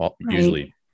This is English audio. Usually